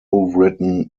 written